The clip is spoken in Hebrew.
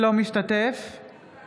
אינו משתתף בהצבעה